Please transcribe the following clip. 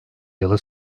yılı